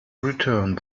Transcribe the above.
returned